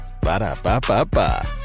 Ba-da-ba-ba-ba